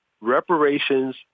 reparations